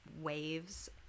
waves